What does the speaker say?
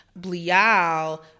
Blial